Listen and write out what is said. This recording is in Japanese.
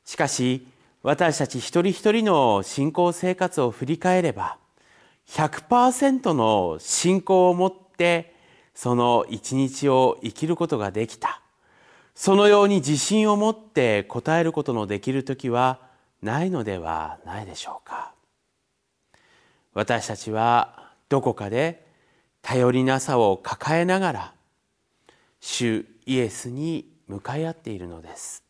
しかし、私たち一人一人の信仰生活を振り返れば、100%の信仰を持って、その一日を生きることができた。そのように自信を持って答えることのできる時はないのではないでしょうか。私たちはどこかで頼りなさを抱えながら、主イエスに向かい合っているのです。